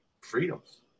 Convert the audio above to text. freedoms